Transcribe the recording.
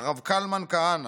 הרב קלמן כהנא,